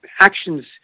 actions